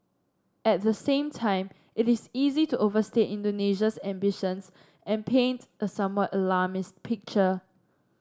at the same time it is easy to overstate Indonesia's ambitions and paint a somewhat alarmist picture